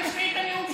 אל תשמעי את הנאום שלי,